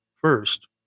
First